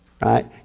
Right